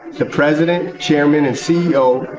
the president, chairman, and ceo,